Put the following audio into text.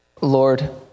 Lord